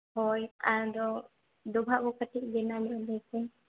ᱦᱳᱭ ᱟᱫᱚ ᱰᱚᱵᱷᱟᱜ ᱠᱚ ᱠᱟᱹᱴᱤᱡ ᱵᱮᱱᱟᱣ ᱧᱚᱜ ᱟᱞᱮᱯᱮ